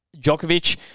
Djokovic